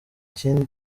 kindi